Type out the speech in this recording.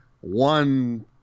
one –